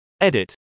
Edit